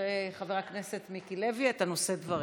אחרי חבר הכנסת מיקי לוי אתה נושא דברים,